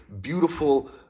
beautiful